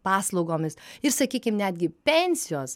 paslaugomis ir sakykim netgi pensijos